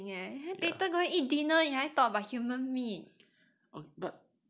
very disgusting eh later gonna eat dinner 你还 talk about human meat